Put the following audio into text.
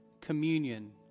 Communion